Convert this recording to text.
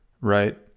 Right